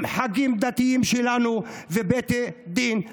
עם חגים דתיים שלנו ובתי דין רבניים.